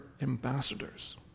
ambassadors